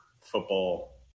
football